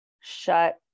shut